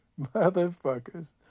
Motherfuckers